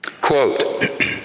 quote